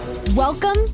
Welcome